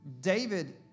David